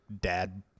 dad